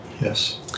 Yes